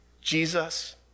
Jesus